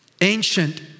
ancient